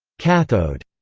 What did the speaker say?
cathode,